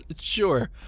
Sure